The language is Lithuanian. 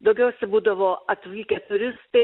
daugiausia būdavo atvykę turistai